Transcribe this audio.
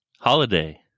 Holiday